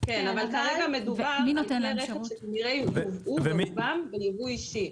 אבל כרגע מדובר על כלי רכב שכנראה הובאו ברובם בייבוא אישי.